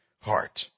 heart